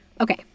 Okay